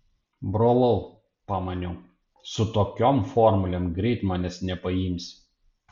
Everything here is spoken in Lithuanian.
brolau pamaniau su tokiom formulėm greit manęs nepaimsi